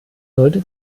sollte